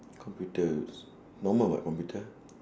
computers normal what computer